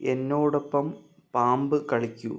എന്നോടൊപ്പം പാമ്പ് കളിക്കൂ